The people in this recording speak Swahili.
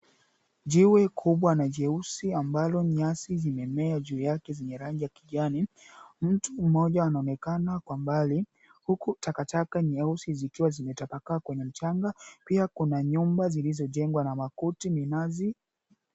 Jiwe kubwa na jeusi ambalo nyasi zimemea juu yake zenye rangi ya kijani. Mtu mmoja anaonekana kwa mbali huku takataka nyeusi zikiwa zimetapakaa kwenye mchanga. Pia kuna nyumba zilizojengwa na makuti, minazi.